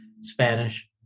Spanish